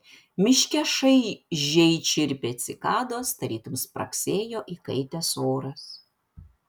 miške šaižiai čirpė cikados tarytum spragsėjo įkaitęs oras